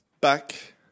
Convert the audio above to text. back